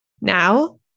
Now